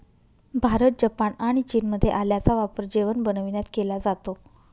Bharat, Japan आणि चीनमध्ये आल्याचा वापर जेवण बनविण्यात केला जातो